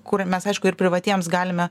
kur mes aišku ir privatiems galime